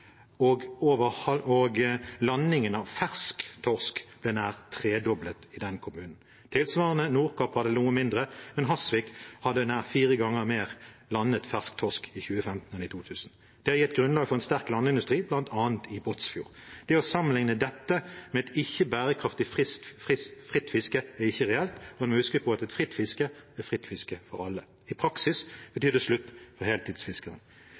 og landingen av fersk torsk ble nær tredoblet i den kommunen. Tilsvarende hadde Nordkapp noe mindre, men Hasvik hadde nær fire ganger mer landet fersk torsk i 2015 enn i 2000. Det har gitt grunnlag for en sterk landindustri, bl.a. i Båtsfjord. Det å sammenligne dette med et ikke-bærekraftig fritt fiske er ikke reelt. Man må huske på at et fritt fiske er fritt fiske for alle. I praksis betyr det slutt for